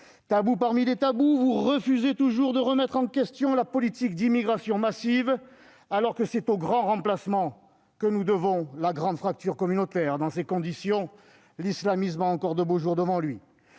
Tabou parmi les tabous, vous refusez toujours de remettre en question la politique d'immigration massive, alors que c'est au « grand remplacement » que nous devons la « grande fracture communautaire ». Dans ces conditions, l'islamisme a encore de beaux jours devant lui.